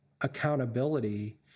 accountability